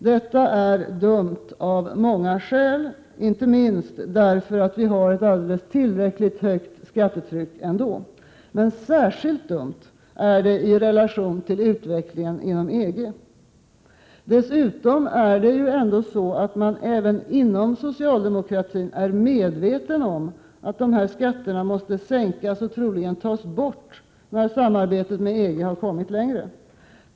Detta är dumt av många skäl, inte minst därför att vi har ett alldeles tillräckligt högt skattetryck ändå. Men särskilt dumt är det i relation till utvecklingen inom EG. Dessutom är man ju även inom socialdemokratin medveten om att dessa skatter måste sänkas och troligen tas bort när samarbetet med EG har kommit längre.